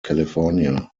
california